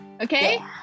Okay